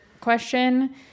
question